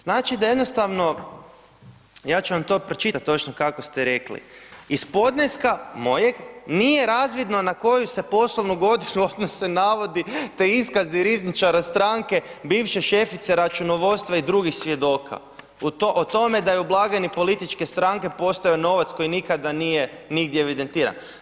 Znači da jednostavno, ja ću vam to pročitati točno kako ste rekli, iz podneska mojeg nije razvidno na koju se poslovnu godinu odnose navodi, te iskazi rizničari iskaza stranke bivše šefice računovodstva i drugih svjedoka, o tome da je u blagajni političke stranke postojao novac koji nikada nije nigdje evidentiran.